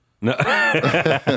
No